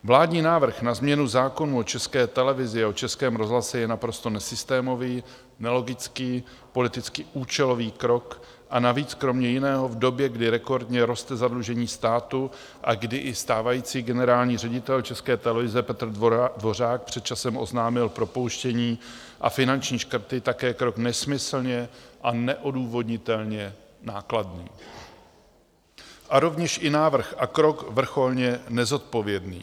Vládní návrh na změnu zákonů o České televizi a o Českém rozhlase je naprosto nesystémový, nelogický, politicky účelový krok, a navíc kromě jiného v době, kdy rekordně roste zadlužení státu a kdy i stávající generální ředitel České televize Petr Dvořák před časem oznámil propouštění a finanční škrty, také krok nesmyslně a neodůvodnitelně nákladný, a rovněž i návrh a krok vrcholně nezodpovědný.